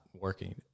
working